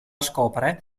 scopre